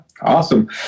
awesome